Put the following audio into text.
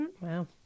wow